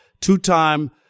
two-time